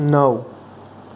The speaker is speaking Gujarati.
નવ